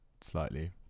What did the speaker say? slightly